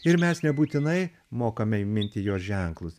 ir mes nebūtinai mokame įminti jos ženklus